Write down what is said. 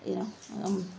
you know um